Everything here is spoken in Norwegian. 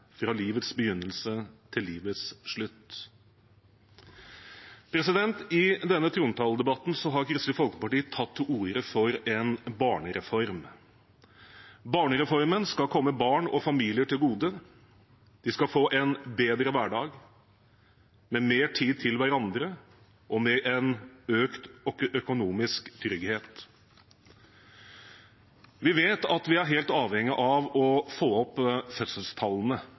fra livets begynnelse til livets slutt. I denne trontaledebatten har Kristelig Folkeparti tatt til orde for en barnereform. Barnereformen skal komme barn og familier til gode. De skal få en bedre hverdag med mer tid til hverandre og med en økt økonomisk trygghet. Vi vet at vi er helt avhengig av å få opp fødselstallene.